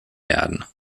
werden